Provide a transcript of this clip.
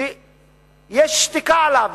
שיש שתיקה לגביו,